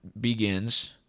begins